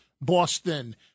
Boston